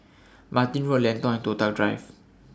Martin Road Lentor and Toh Tuck Drive